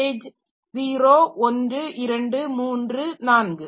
page 0 1 234